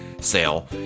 sale